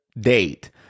date